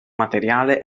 materiale